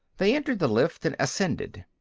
they entered the lift and ascended.